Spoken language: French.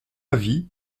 avis